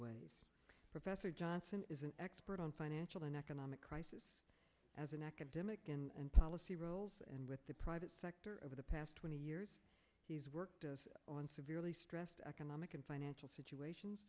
ways professor johnson is an expert on financial and economic crisis as an academic and policy roles and with the private sector over the past twenty years he's worked on severely stressed economic and financial situations